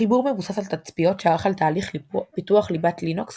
החיבור מבוסס על תצפיות שערך על תהליך פיתוח ליבת לינוקס